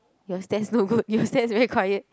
your stats not good your stats very quiet